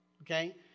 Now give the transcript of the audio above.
Okay